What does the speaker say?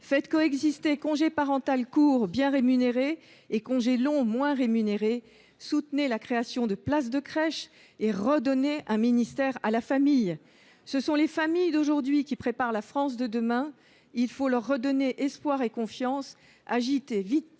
faites coexister congé parental court bien rémunéré et congé long moins rémunéré, soutenez la création de places de crèche et redonnez un ministère à la famille ! Ce sont les familles d’aujourd’hui qui préparent la France de demain. Il faut leur redonner espoir et confiance. Agissez vite